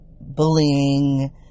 bullying